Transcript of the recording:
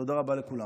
תודה רבה לכולם.